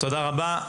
תודה רבה.